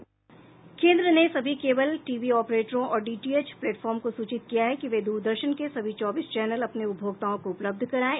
केन्द्र ने सभी केबल टी वी ऑपरेटरों और डी टी एच प्लेटफॉर्म को सूचित किया है कि वे द्रदर्शन के सभी चौबीस चैनल अपने उपभोक्ताओं को उपलब्ध करायें